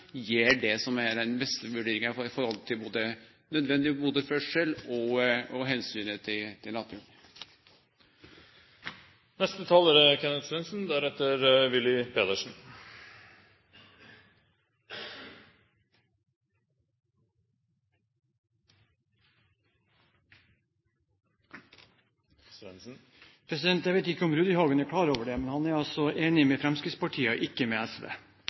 gjer det som er den beste vurderinga, både i forhold til nødvendig motorferdsel og omsynet til naturen. Jeg vet ikke om representanten Rudihagen er klar over det, men han er altså enig med Fremskrittspartiet og ikke med SV.